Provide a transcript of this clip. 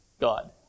God